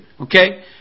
okay